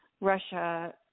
Russia